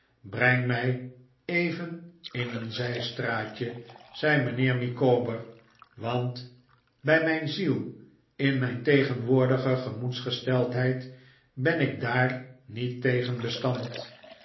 breng mij even in een zijstraatje zei mijnheer micawber want bij mijn ziel in mijn tegenwoordige gemoedsgesteldheid ben ik daar niet tegen bestand